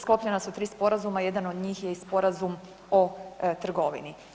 Sklopljena su 3 sporazuma, jedan od njih je i Sporazum o trgovini.